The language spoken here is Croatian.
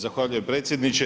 Zahvaljujem predsjedniče.